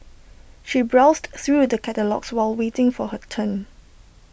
she browsed through the catalogues while waiting for her turn